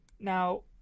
Now